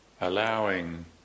allowing